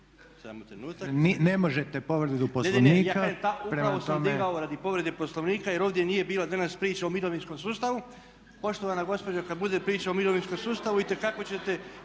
Ne možete povredu Poslovnika./…